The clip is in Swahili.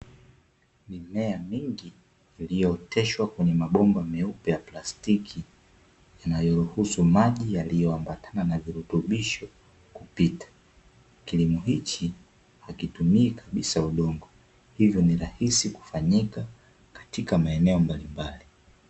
Mimea mingi iliyooteshwa kwenye mabomba meupe ya plastiki, yanayoruhusu maji yanayo ambatana na virutubisho kupita. Kilimo hichi hakitumii kabisa udongo, hivyo ni rahisi kufanyika katika maeneo mbalimbali.